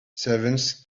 servants